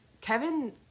Kevin